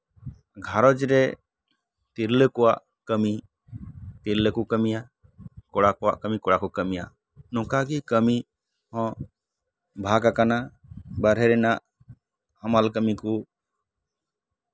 ᱜᱷᱟᱨᱚᱸᱡᱽ ᱨᱮ ᱛᱤᱨᱞᱟᱹ ᱠᱚᱣᱟᱜ ᱠᱟᱹᱢᱤ ᱛᱤᱨᱞᱟᱹ ᱠᱚ ᱠᱟᱹᱢᱤᱭᱟ ᱠᱚᱲᱟ ᱠᱚᱣᱟᱜ ᱠᱟᱹᱢᱤ ᱠᱚᱲᱟ ᱠᱚ ᱠᱟᱹᱢᱤᱭᱟ ᱱᱚᱝᱠᱟ ᱜᱮ ᱠᱟᱹᱢᱤ ᱦᱚᱸ ᱵᱷᱟᱜᱟᱠᱟᱱᱟ ᱵᱟᱨᱦᱮ ᱨᱮᱱᱟᱜ ᱦᱟᱢᱟᱞ ᱠᱟᱹᱢᱤ ᱠᱚ